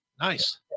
Nice